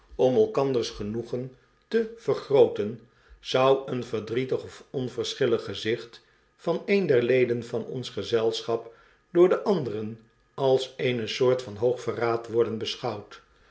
om elkanders genoegen te vergrooten zou een verdrietig of onverschillig gezicht van een der leden van ons gezelschap door de anderen als eene soort van hoogverraad worden beschouwd